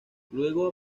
luego